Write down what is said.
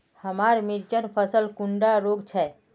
हमार मिर्चन फसल कुंडा रोग छै?